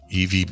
EV